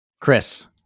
Chris